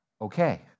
Okay